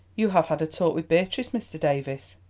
you have had a talk with beatrice, mr. davies?